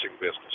business